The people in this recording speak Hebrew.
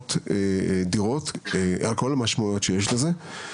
לקנות דירות, על כל המשמעויות שיש בזה.